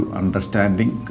understanding